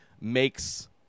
makes